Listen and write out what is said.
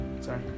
sorry